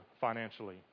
financially